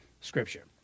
scripture